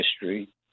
history